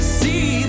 see